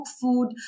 food